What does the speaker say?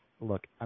Look